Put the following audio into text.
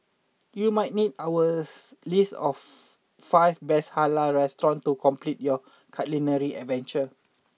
you might need our list of five best Halal restaurants to complete your culinary adventure